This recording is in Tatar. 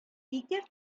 ике